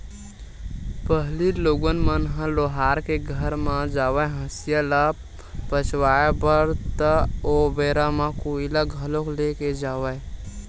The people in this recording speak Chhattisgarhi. पहिली लोगन मन ह लोहार के घर म जावय हँसिया ल पचवाए बर ता ओ बेरा म कोइला घलोक ले के जावय